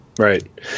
Right